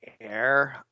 air